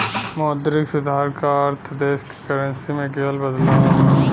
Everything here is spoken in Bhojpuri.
मौद्रिक सुधार क अर्थ देश क करेंसी में किहल बदलाव हौ